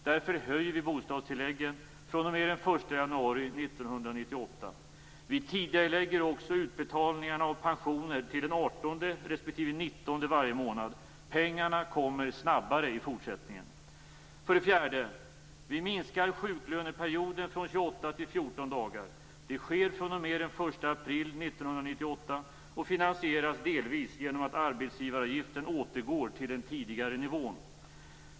Därför höjer vi bostadstilläggen fr.o.m. den 1 januari 1998. Vi tidigarelägger också utbetalningarna av pensioner till den 18, respektive 19 varje månad. Pengarna kommer snabbare i fortsättningen. För det fjärde: Vi minskar sjuklöneperioden från 28 till 14 dagar. Det sker fr.o.m. den 1 april 1998 och finansieras delvis genom att arbetsgivaravgiften återgår till den tidigare nivån.